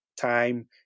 time